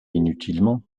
inutilement